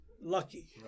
lucky